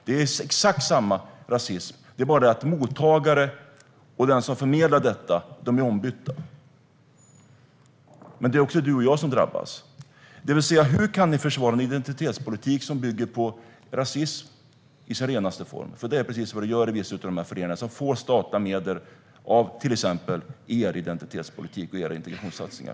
Det är exakt samma rasism, det är bara det att mottagarna och de som förmedlar är ombytta så att det är Fredrik Malm och jag som drabbas. Hur kan ni försvara en identitetspolitik som bygger på rasism i sin renaste form? Det är ju precis det som det handlar om i vissa av de föreningar som får statliga medel utifrån till exempel er identitetspolitik och era integrationssatsningar.